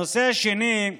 הנושא השני,